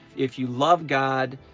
if you love god